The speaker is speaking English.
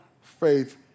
faith